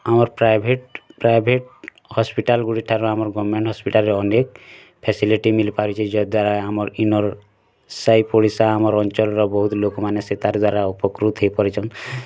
ଆମର୍ private private hospital ଗୁଡ଼ି ଠାରୁ ଆମର୍ ଗଭର୍ଣ୍ଣମେଣ୍ଟ ହସ୍ପିଟାଲ୍ରେ ଅନେକ୍ ଫ୍ୟାସିଲିଟି ମିଲି ପାରୁଛି ଯ ଦ୍ଵାରା ଆମର୍ ଇନର୍ ସାଇ ପଡ଼ିଶା ଆମର୍ ଅଞ୍ଚଲ ର ବହୁତ ଲୋକ୍ ମାନେ ସେତାର୍ ଦ୍ଵାରା ଉପକୃତ୍ ହେଇ ପାରୁଛନ୍